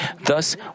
Thus